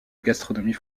gastronomie